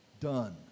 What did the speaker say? done